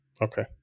Okay